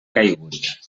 caigut